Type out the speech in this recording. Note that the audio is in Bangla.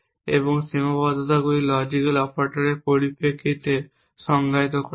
এবং সীমাবদ্ধতাগুলি লজিক্যাল অপারেটরগুলির পরিপ্রেক্ষিতে সংজ্ঞায়িত করা হয়